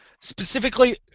Specifically